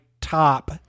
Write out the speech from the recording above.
top